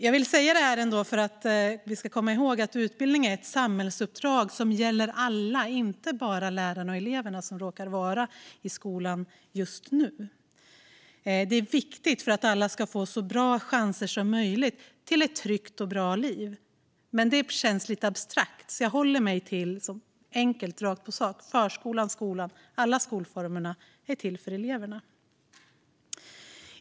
Jag vill säga detta för att vi ska komma ihåg att utbildning är ett samhällsuppdrag som gäller alla, inte bara de lärare och elever som råkar vara i skolan just nu. Det är viktigt för att alla ska få så bra chanser som möjligt att leva ett tryggt och bra liv. Men det känns lite för abstrakt, så jag går rakt på sak: Förskolan, skolan och alla skolformer är till för eleverna.